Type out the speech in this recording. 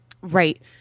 Right